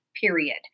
period